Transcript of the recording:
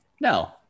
no